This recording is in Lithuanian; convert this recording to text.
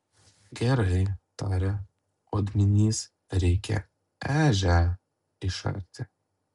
gerai tarė odminys reikia ežią išarti